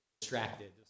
distracted